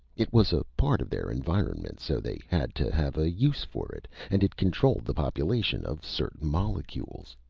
it was a part of their environment, so they had to have a use for it! and it controlled the population of certain molecules.